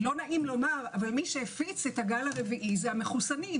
לא נעים לומר אבל מי שהפיץ את הגל הרביעי זה המחוסנים,